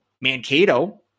Mankato